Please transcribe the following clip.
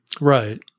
right